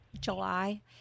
july